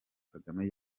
kagame